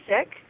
sick